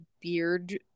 beard